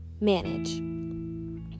manage